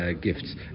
Gifts